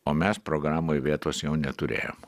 o mes programoj vietos jau neturėjom